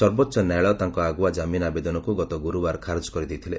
ସର୍ବୋଚ ନ୍ୟାୟାଳୟ ତାଙ୍କ ଆଗୁଆ ଜାମିନ ଆବେଦନକୁ ଗତ ଗୁରୁବାର ଖାରଜ କରିଦେଇଥିଲେ